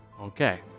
Okay